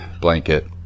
blanket